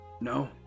No